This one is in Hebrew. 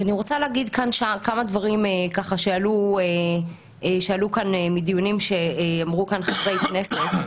אני רוצה להגיד כאן כמה דברים שעלו מדברים שאמרו חברי כנסת בדיונים: